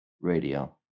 Radio